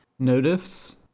Notifs